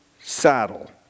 saddle